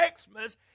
Xmas